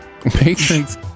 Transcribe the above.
Patrons